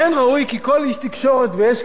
ויש כאן באולם עכשיו אנשי תקשורת,